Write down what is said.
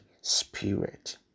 Spirit